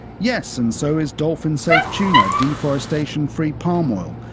yes, and so is dolphin-safe tuna, deforestation-free palm oil,